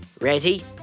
Ready